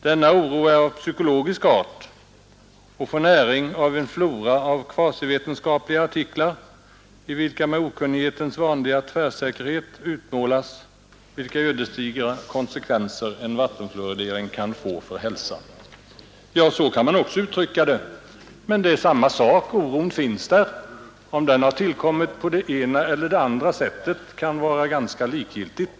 Denna oro är av psykologisk art och får näring av en flora av kvasivetenskapliga artiklar, i vilka med okunnighetens vanliga tvärsäkerhet utmålas vilka ödesdigra konsekvenser en vattenfluoridering kan få för hälsan.” Ja, så kan man också uttrycka det. Men det är samma sak — oron finns där. Om den har tillkommit på det ena eller det andra sättet kan vara ganska likgiltigt.